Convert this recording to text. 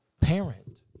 parent